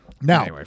Now